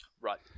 right